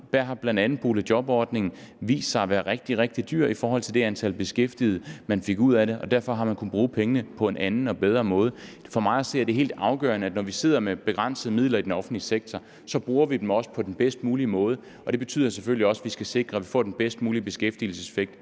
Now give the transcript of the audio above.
at bl.a. boligjobordningen har vist sig at være rigtig, rigtig dyr i forhold til det antal beskæftigede, man fik ud af det. Derfor har man kunnet bruge pengene på en anden og bedre måde. For mig at se er det helt afgørende, når vi sidder med begrænsede midler i den offentlige sektor, at vi så også bruger dem på den bedst mulige måde. Og det betyder selvfølgelig også, at vi skal sikre, at vi får den bedst mulige beskæftigelseseffekt